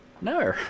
No